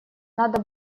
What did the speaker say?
надо